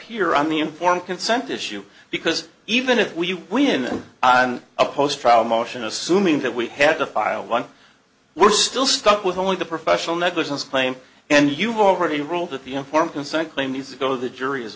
here on the informed consent issue because even if we win in a post trial motion assuming that we have to file one we're still stuck with only the professional negligence claim and you've already ruled that the informed consent claim needs to go to the jury as